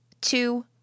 two